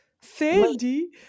Sandy